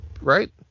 right